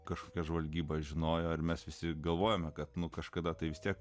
kažkokia žvalgyba žinojo ar mes visi galvojome kad kažkada tai vis tiek